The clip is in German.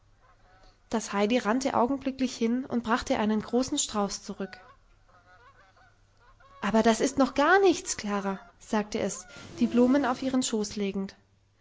das heidi rannte augenblicklich hin und brachte einen großen strauß zurück aber das ist noch gar nichts klara sagte es die blumen auf ihren schoß legend